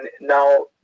Now